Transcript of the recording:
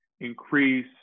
increase